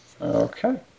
Okay